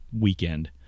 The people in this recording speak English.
weekend